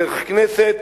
דרך כנסת,